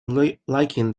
liking